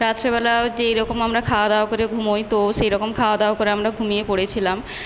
রাত্রেবেলা যে রকম আমরা খাওয়া দাওয়া করে ঘুমোই তো সেই রকম খাওয়া দাওয়া করে আমরা ঘুমিয়ে পড়েছিলাম